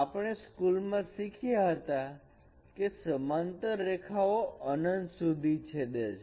આપણે સ્કૂલ માં શીખ્યા હતા કે સમાંતર રેખાઓ અનંત સુધી છેદે છે